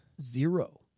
Zero